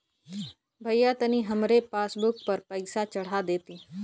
भईया तनि हमरे पासबुक पर पैसा चढ़ा देती